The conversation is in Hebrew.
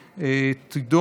(תיקון,